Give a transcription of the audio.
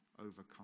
overcome